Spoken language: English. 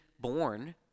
born